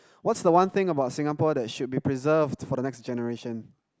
what's the one thing about Singapore that should be preserved for the next generation